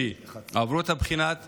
שעברו את בחינת ההכשרה,